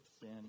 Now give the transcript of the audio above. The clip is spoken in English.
sin